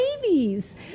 babies